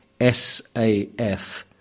SAF